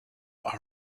are